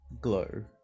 glow